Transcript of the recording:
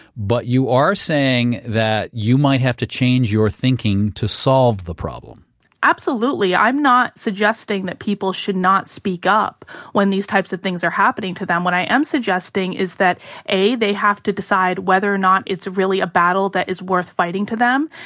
but you are saying that you might have to change your thinking to solve the problem absolutely, i'm not suggesting that people should not speak up when these types of things are happening to them. what i am suggesting is that a they have to decide whether or not it's really a battle that is worth fighting to them.